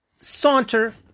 saunter